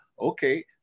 okay